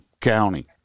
county